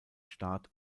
staat